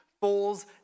falls